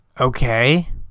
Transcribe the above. Okay